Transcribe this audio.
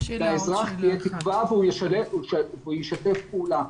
לאזרח תהיה תקווה והוא ישתף פעולה.